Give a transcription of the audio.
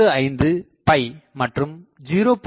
75 மற்றும் 0